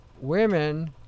women